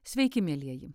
sveiki mielieji